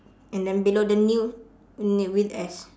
and then below the new new with S